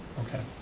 okay.